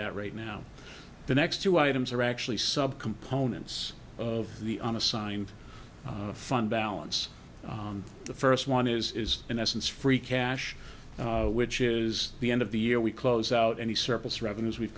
that right now the next two items are actually sub components of the unassigned fund balance the first one is in essence free cash which is the end of the year we close out any surplus revenues we've